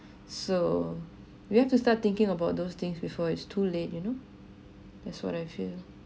so we have to start thinking about those things before it's too late you know that's what I feel